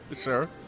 Sure